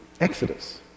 Exodus